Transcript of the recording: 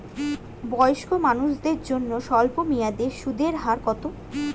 বয়স্ক মানুষদের জন্য স্বল্প মেয়াদে সুদের হার কত?